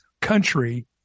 country